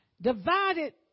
Divided